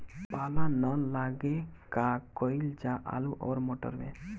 पाला न लागे का कयिल जा आलू औरी मटर मैं?